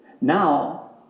Now